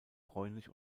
bräunlich